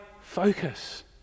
focus